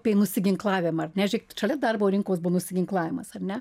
apie nusiginklavimą ar ne žėkit šalia darbo rinkos buvo nusiginklavimas ar ne